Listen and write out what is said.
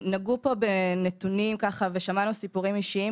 נגעו פה בנתונים ושמענו סיפורים אישיים.